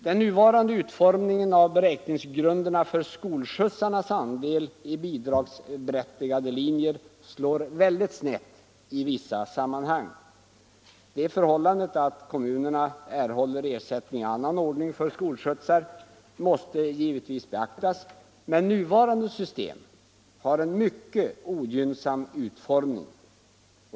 Den nuvarande utformningen av beräkningsgrunderna för skolskjutsarnas andel i bidragsberättigade linjer slår väldigt snett i vissa sammanhang. Det förhållandet att kommunerna erhåller ersättning i annan ordning för skolskjutsarna måste givetvis beaktas, men nuvarande system har en mycket ogynnsam utformning.